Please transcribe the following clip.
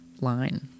line